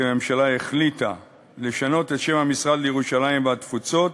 כי הממשלה החליטה לשנות את שם המשרד לירושלים והתפוצות,